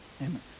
Amen